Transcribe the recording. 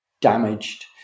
damaged